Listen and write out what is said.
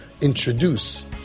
introduce